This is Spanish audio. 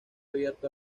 abierto